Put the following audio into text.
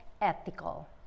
ethical